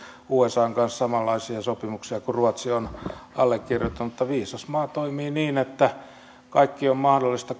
usan kanssa samanlaisia sopimuksia kuin ruotsi on allekirjoittanut mutta viisas maa toimii niin että kaikki on mahdollista